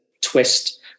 twist